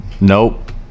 Nope